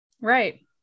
Right